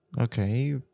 okay